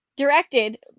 Directed